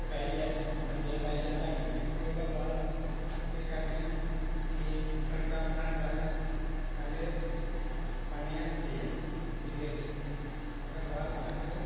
कुटाइयै बंदें गी लाइयै रक्खी उड़नी फ्ही ओह्दे बाद अस केह् करने आं कि तड़का बनाने आस्तै पैहलें पाने आं तेल पतीले च ओह्दे बाद अस